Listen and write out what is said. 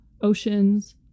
oceans